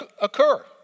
occur